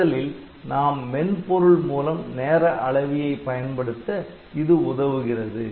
நிரலில் நாம் மென்பொருள் மூலம் நேர அளவியை பயன்படுத்த இது உதவுகிறது